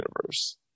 universe